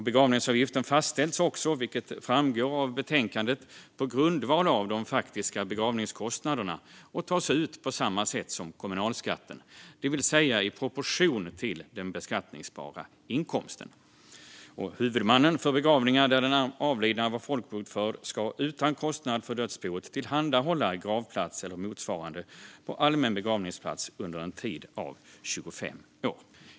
Begravningsavgiften fastställs, vilket framgår av betänkandet, på grundval av de faktiska begravningskostnaderna och tas ut på samma sätt som kommunalskatten, det vill säga i proportion till den beskattningsbara inkomsten. Huvudmannen för begravningar där den avlidna var folkbokförd ska utan kostnad för dödsboet tillhandahålla gravplats eller motsvarande på allmän begravningsplats under en tid av 25 år.